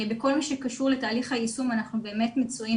בכל מה שקשור לתהליך היישום אנחנו באמת מצויים